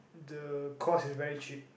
the cost is very cheap